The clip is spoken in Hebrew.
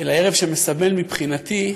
אלא ערב שמסמל מבחינתי,